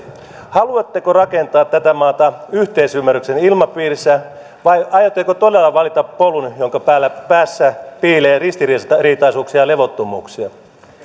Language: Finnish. haluatteko rakentaa tätä maata yhteisymmärryksen ilmapiirissä vai aiotteko todella valita polun jonka päässä piilee ristiriitaisuuksia ja levottomuuksia